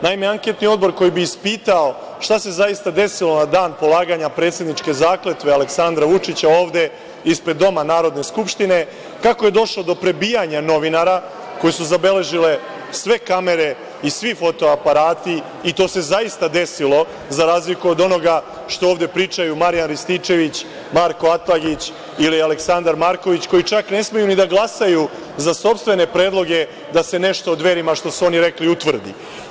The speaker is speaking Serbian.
Naime, anketni odbor koji bi ispitao šta se zaista desilo na dan polaganja predsedničke zakletve, Aleksandra Vučića, ovde, ispred Doma Narodne skupštine, kako je došlo do prebijanja novinara, koji su zabeležile sve kamere i svi foto-aparati, i to se zaista desilo, za razliku od onoga što ovde pričaju Marijan Rističević, Marko Atlagić ili Aleksandar Marković, koji čak ne smeju ni da glasaju za sopstvene predloge da se nešto o Dverima što su oni rekli utvrdi.